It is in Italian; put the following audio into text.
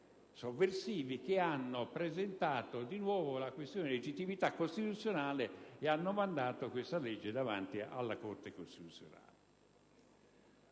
sovversivi hanno presentato di nuovo la questione di legittimità costituzionale e hanno mandato la legge davanti alla Corte costituzionale.